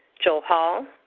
joel hall,